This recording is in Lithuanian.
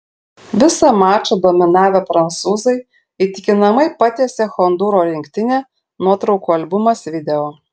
visą mačą dominavę prancūzai įtikinamai patiesė hondūro rinktinę nuotraukų albumas video